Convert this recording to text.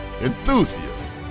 enthusiasts